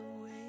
away